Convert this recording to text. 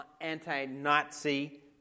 anti-Nazi